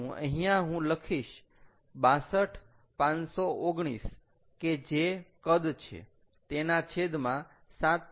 તો અહીંયા હું લખીશ 62519 કે જે કદ છે તેના છેદમાં 7